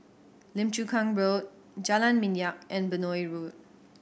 Lim Chu Kang Road Jalan Minyak and Benoi Road